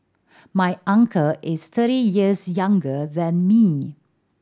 my uncle is thirty years younger than me